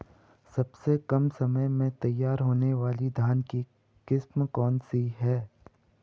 सबसे कम समय में तैयार होने वाली धान की किस्म कौन सी है?